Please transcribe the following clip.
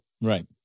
Right